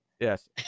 Yes